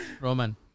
Roman